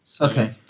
Okay